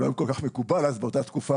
זה לא היה כל כך מקובל אז באותה תקופה,